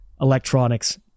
electronics